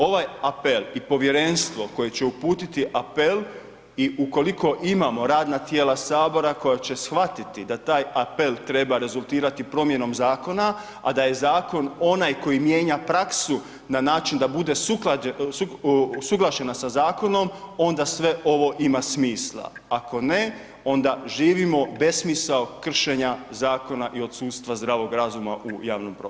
Ovaj apel i povjerenstvo koje će uputiti apel i ukoliko imamo radna tijela HS koja će shvatiti da taj apel treba rezultirati promjenom zakona, a da je zakon onaj koji mijenja praksu na način da bude usuglašena sa zakonom onda sve ovo ima smisla, ako ne onda živimo besmisao kršenja zakona i odsustva zdravog razuma u javnom prostoru.